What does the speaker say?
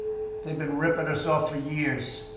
they've been ripping us off for years.